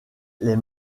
les